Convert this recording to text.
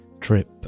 trip